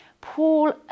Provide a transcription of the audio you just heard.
Paul